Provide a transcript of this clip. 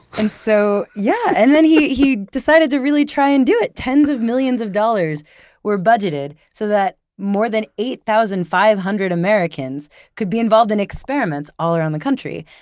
and so yeah and then he he decided to really try, and do it! tens of millions of dollars were budgeted so that more than eight thousand five hundred americans could be involved in experiments all around the country.